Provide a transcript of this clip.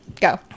Go